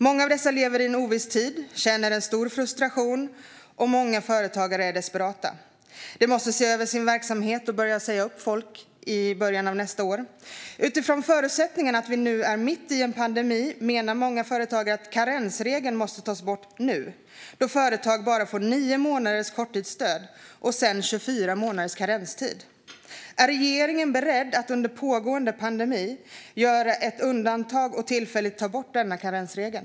Många lever i en oviss tid och känner en stor frustration, och många företagare är desperata. De måste se över sin verksamhet och börja säga upp folk i början av nästa år. Utifrån förutsättningen att vi nu är mitt i en pandemi menar många företagare att karensregeln måste tas bort nu, då företag bara får nio månaders korttidsstöd och sedan 24 månaders karenstid. Är regeringen beredd att under pågående pandemi göra ett undantag och tillfälligt ta bort denna karensregel?